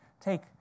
take